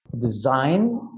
design